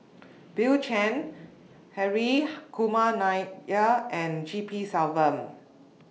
Bill Chen Hri Kumar Nair and G P Selvam